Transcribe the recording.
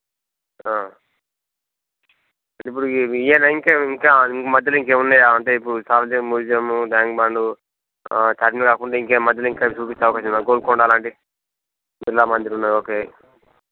ఇప్పుడు ఇవ్ ఇవేనా ఇంకా ఇంకా ఇంక్ మధ్యలో ఇంకేం వున్నాయా అంటే ఇప్పుడు Salarjung museum tank bund turn కాకుండా ఇంకేం మధ్యలో ఇంకా చూపిస్తారా గోల్కొండ అలాంటివి బిర్లామందిర్ ఉన్నది ఓకే